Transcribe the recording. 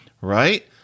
right